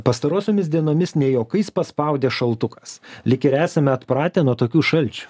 pastarosiomis dienomis ne juokais paspaudė šaltukas lyg ir esame atpratę nuo tokių šalčių